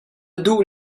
duh